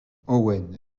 owen